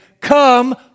come